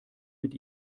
mit